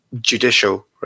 judicial